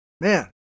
Man